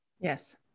Yes